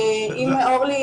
אורלי,